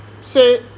say